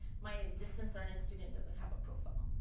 my distance learning student doesn't have a profile.